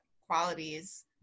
qualities